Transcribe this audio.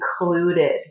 included